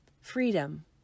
freedom